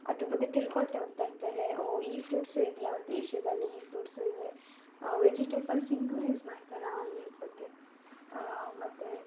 ಅದ್ರ ಬಗ್ಗೆ ತಿಳ್ಕೊಳ್ತಾ ಹೋಗ್ತಾಯಿರ್ತಾರೆ ಓ ಈ ಫ್ರೂಟ್ಸ್ ಇದೆಯಾ ಅವ್ರ ದೇಶದಲ್ಲಿ ಈ ಫ್ರೂಟ್ಸು ಇದೆ ವೆಜಿಟೇಬಲ್ಸ್ ಇಲ್ಲೂ ಯೂಸ್ ಮಾಡ್ತಾರೆ ಅನ್ನೋದ್ರ ಬಗ್ಗೆ ಮತ್ತೆ